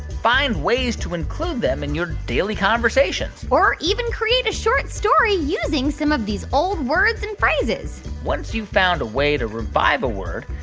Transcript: find ways to include them in and your daily conversations or even create a short story using some of these old words and phrases once you've found a way to revive a word,